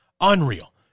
unreal